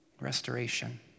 restoration